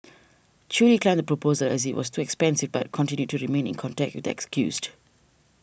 Chew declined the proposal as it was too expensive but continued to remain in contact with the excused